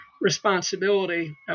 responsibility